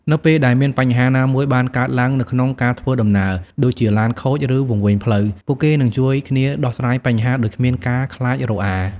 នៅពេលដែលមានបញ្ហាណាមួយបានកើតឡើងនៅក្នុងការធ្វើដំណើរ ដូចជាឡានខូចឬវង្វេងផ្លូវ ពួកគេនឹងជួយគ្នាដោះស្រាយបញ្ហាដោយគ្មានការខ្លាចរអា។